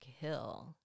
Hill